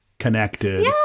connected